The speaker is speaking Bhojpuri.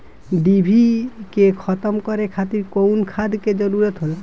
डिभी के खत्म करे खातीर कउन खाद के जरूरत होला?